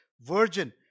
virgin